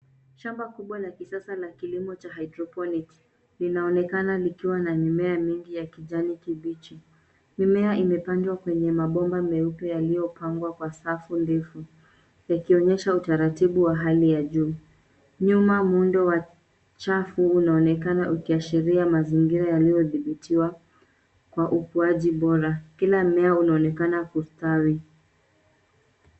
Shamba kubwa la kisasa la kilimo cha hydroponics inaonekana likiwa na mimea mingi ya kijani kibichi. Mimea imepandwa kwenye mabomba meupe yaliyopangwa kwa safu ndefu yakionyesha utaratibu wa hali ya juu. Nyuma muundo wa chafu unaonekana ukiashiria mazingira yaliyodhibitiwa kwa ukuwaji bora. Kila mmea unaonekana kustawi.